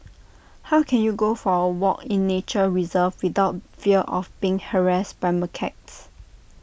how can you go for A walk in nature reserve without fear of being harassed by macaques